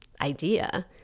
idea